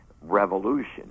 revolution